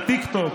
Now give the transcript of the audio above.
לטיקטוק,